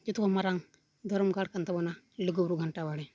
ᱡᱚᱛᱚᱠᱷᱚᱱ ᱢᱟᱨᱟᱝ ᱫᱷᱚᱨᱚᱢ ᱜᱟᱲ ᱠᱟᱱ ᱛᱟᱵᱚᱱᱟ ᱞᱩᱜᱩᱼᱵᱩᱨᱩ ᱜᱷᱟᱱᱴᱟ ᱵᱟᱲᱮ